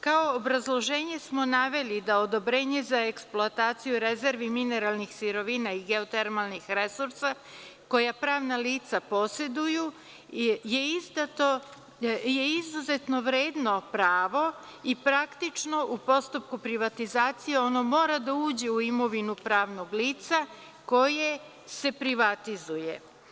Kao obrazloženje smo naveli da odobrenje za eksploataciju rezervi mineralnih sirovina i geotermalnih resursa koja pravna lica poseduju je izuzetno vredno pravo i praktično u postupku privatizacije ono mora da uđe u imovinu pravnog lica koje se privatizuje.